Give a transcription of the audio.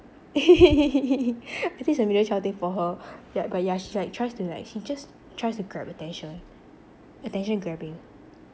I think it's a middle child thing for her yup but yeah she like tries to like she just tries to grab attention attention grabbing